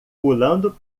pulando